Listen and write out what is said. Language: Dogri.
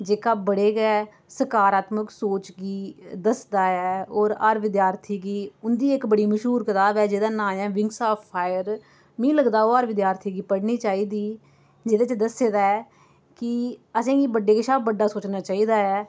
जेह्का बड़े गै सकारात्मक सोच गी दसदा ऐ होर हर विद्यार्थी गी उं'दी इक बड़ी मश्हूर कताब ऐ जेह्दा नांऽ ऐ विग्स आफ फायर मी लगदा ओह् हर विधार्थी गी पढ़नी चाहिदी जेह्दे च दस्से दा ऐ कि असेंगी बड्डे कशा बड्डा सोचना चाहिदा ऐ